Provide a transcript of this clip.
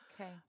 okay